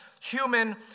human